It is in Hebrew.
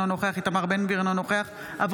אינו נוכח איתמר בן גביר,